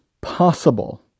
possible